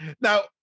Now